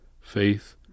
Faith